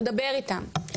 תדבר איתם.